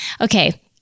Okay